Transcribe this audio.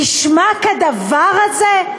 הנשמע כדבר הזה?